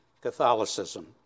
Catholicism